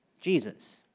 Jesus